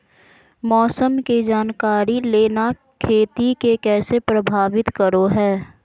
मौसम के जानकारी लेना खेती के कैसे प्रभावित करो है?